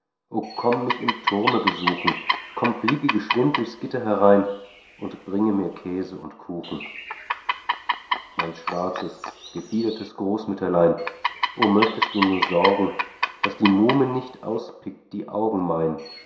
o komm mich im turme besuchen komm fliege geschwind durchs gitter herein und bringe mir käse und kuchen mein schwarzes gefiedertes großmütterlein o möchtest du nur sorgen daß die muhme nicht auspickt die augen mein